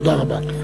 תודה רבה.